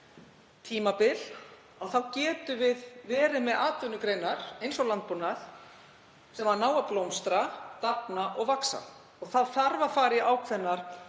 tímabil þá getum við verið með atvinnugreinar, eins og landbúnað, sem ná að blómstra, dafna og vaxa. Þá þarf að fara í ákveðnar